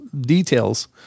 details